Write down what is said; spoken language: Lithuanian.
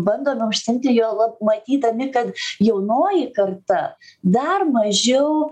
bandome užsiimti juolab matydami kad jaunoji karta dar mažiau